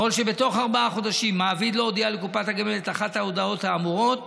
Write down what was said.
אם בתוך ארבעה חודשים מעביד לא הודיע לקופת הגמל את אחת ההודעות האמורות